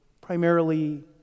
primarily